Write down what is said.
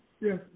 Yes